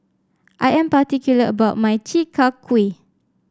I am particular about my Chi Kak Kuih